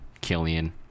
Killian